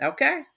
Okay